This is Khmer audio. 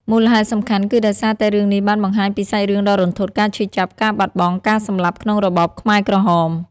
មូលហេតុសំខាន់គឺដោយសារតែរឿងនេះបានបង្ហាញពីសាច់រឿងដ៏រន្ធត់ ការឈឺចាប់ ការបាត់បង់ ការសម្លាប់ក្នុងរបបខ្មែរក្រហម។